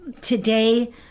Today